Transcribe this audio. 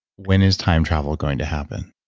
when is time travel going to happen?